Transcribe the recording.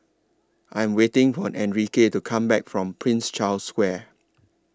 I Am waiting For Enrique to Come Back from Prince Charles Square